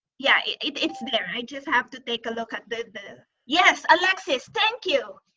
yeah, it's there i just have to take a look at the. yes, alexis, thank you.